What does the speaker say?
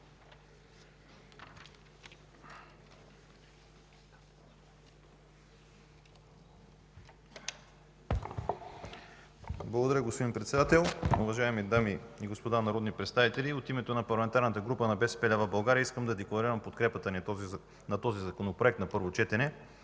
Благодаря, господин Председател. Уважаеми дами и господа народни представители, от името на Парламентарната група на БСП лява България искам да декларирам подкрепата ни на този Законопроект на първо четене.